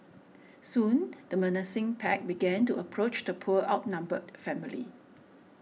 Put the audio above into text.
soon the menacing pack began to approach the poor outnumbered family